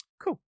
cool